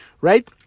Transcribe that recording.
right